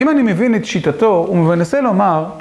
אם אני מבין את שיטתו הוא מנסה לומר